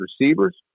receivers